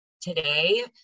today